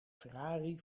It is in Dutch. ferrari